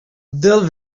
del